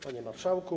Panie Marszałku!